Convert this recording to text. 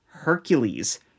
hercules